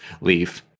leave